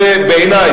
זה בעיני,